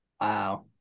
Wow